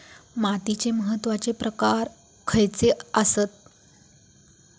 मातीचे महत्वाचे प्रकार खयचे आसत?